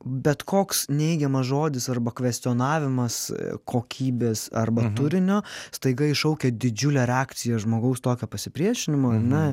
bet koks neigiamas žodis arba kvestionavimas kokybės arba turinio staiga iššaukia didžiulę reakciją žmogaus tokio pasipriešinimo ane